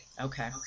Okay